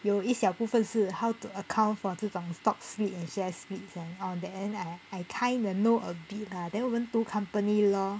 有一小部分是 how to account for 这种 stocks splits and shares split all that I I kinda know a bit then 我们读 company law